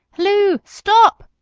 halloo! stop!